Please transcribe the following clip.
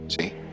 See